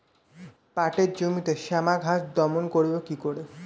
পাটের জমিতে শ্যামা ঘাস দমন করবো কি করে?